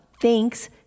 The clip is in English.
Thanks